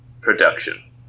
production